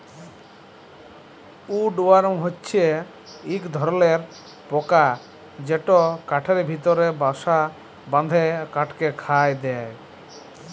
would worm হছে ইক ধরলর পকা যেট কাঠের ভিতরে বাসা বাঁধে কাঠকে খয়ায় দেই